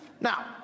Now